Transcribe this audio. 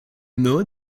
know